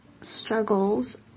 struggles